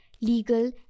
legal